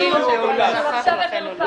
זו בושה --- הצבעה בעד הערעור מיעוט נגד,